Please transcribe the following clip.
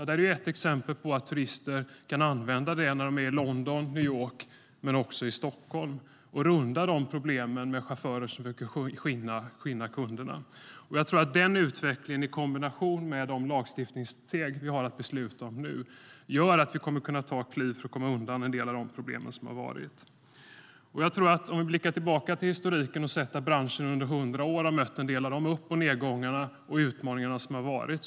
Det är ett exempel på att turister kan använda Uber när de är i London, i New York och i Stockholm och runda problemen med chaufförer som skinnar kunderna. Den utvecklingen i kombination med de lagstiftningssteg vi har att besluta om nu gör att vi kommer att kunna ta kliv undan en del av problemen. Låt oss blicka tillbaka i historiken. Då kan vi se hur branschen under 100 år har mött en del av de upp och nedgångar och utmaningar som har funnits.